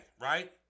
right